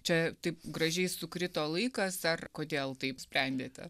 čia taip gražiai sukrito laikas ar kodėl taip sprendėte